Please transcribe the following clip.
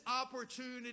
opportunity